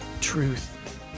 Truth